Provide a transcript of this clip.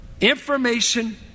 Information